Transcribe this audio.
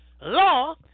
law